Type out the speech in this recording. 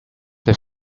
have